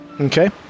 Okay